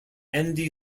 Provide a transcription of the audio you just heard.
andy